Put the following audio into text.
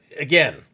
again